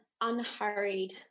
unhurried